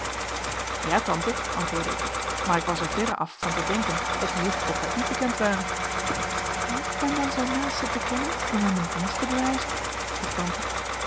ja tante antwoordde ik maar ik was er verre af van te denken dat de juffer ook bij u bekend ware behoeft men dan zijn naaste te kennen om hem een dienst te bewijzen vroeg tante